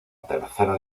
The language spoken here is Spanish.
tercera